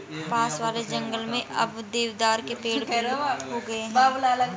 पास वाले जंगल में अब देवदार के पेड़ विलुप्त हो गए हैं